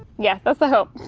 yeah that's the hope.